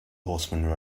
horseman